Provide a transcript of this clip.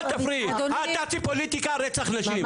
אל תעשי פוליטיקה על רצח נשים.